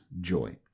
joy